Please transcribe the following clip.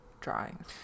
drawings